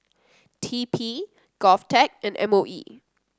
T P Govtech and M O E